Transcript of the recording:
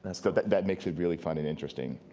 and sort of that that makes it really fun and interesting.